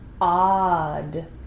Odd